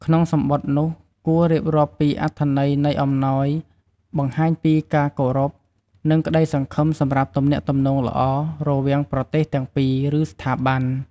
ក្នុងសំបុត្រនោះ គួររៀបរាប់ពី អត្ថន័យនៃអំណោយ បង្ហាញពី ការគោរព និងក្តីសង្ឃឹមសម្រាប់ទំនាក់ទំនងល្អ រវាងប្រទេសទាំងពីរ ឬស្ថាប័ន។